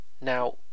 now